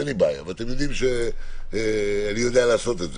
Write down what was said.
אין לי בעיה, ואתם יודעים שאני יודע לעשות את זה,